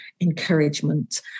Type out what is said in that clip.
encouragement